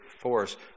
force